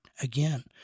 again